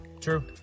True